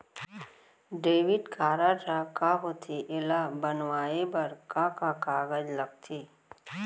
Debit card ह का होथे एला बनवाए बर का का कागज लगथे?